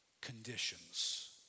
conditions